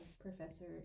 professor